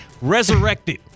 resurrected